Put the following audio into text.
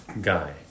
guy